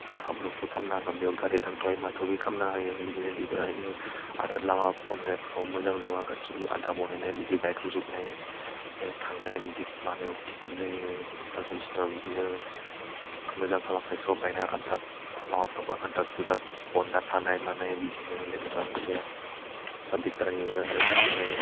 हाब्रुफोर खालामना गामियाव गारि थांथावि माथावि खालामना होयो बिदिनो दिगदार होयो आरो लामा बनायनायफ्राव मोजां नङा गासिबो आदा बनायनाय बिदि बायब्रुजोबनाय आमफ्राइ थांनाय बिदि मानायाव दिगदार जायो दा समसिमाव बिदिनो मोजां खालामाखै सब बानाय आद्रा लामाफ्राबो आद्रा थुज्रा बनना थानाय मानाय बिदिनो लेथ्रा सब दिगदार होयो आरो बिदिनो